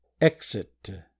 Exit